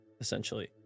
essentially